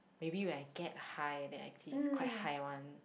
maybe when I get high then actually it's quite high one